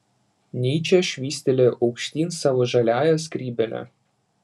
nyčė švystelėjo aukštyn savo žaliąją skrybėlę